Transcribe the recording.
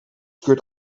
keurt